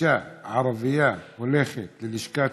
אישה ערבייה שהולכת ללשכת